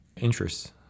interests